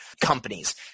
companies